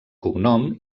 cognom